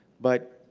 but,